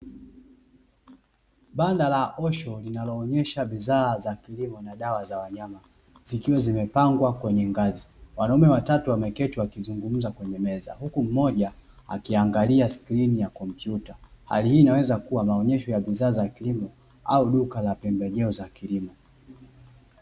Banda la osho linaloonyesha bidhaa za kilimo na dawa za wanyama, zikiwa zimepangwa kwenye ngazi. Wanaume watatu wameketi wakizungumza kwenye meza, huku mmoja akiangalia skrini ya kompyuta. Hali hii inaweza kuwa maonyesho ya bidhaa za kilimo au duka la pembejeo za kilimo.